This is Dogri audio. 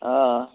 हां